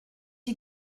you